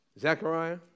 Zechariah